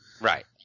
Right